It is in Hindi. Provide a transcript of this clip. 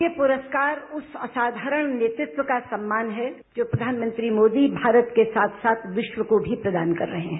ये पुरस्कार उस असाधारण नेतृत्व का सम्मान है जो प्रधानमंत्री मोदी भारत के साथ साथ विश्व को भी प्रदान कर रहे है